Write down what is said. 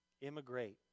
immigrate